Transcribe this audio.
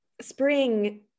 spring